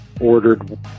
ordered